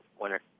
winner